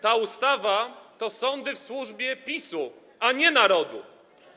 Ta ustawa to sądy w służbie PiS-u, a nie narodu.